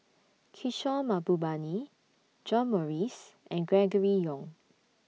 Kishore Mahbubani John Morrice and Gregory Yong